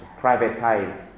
privatize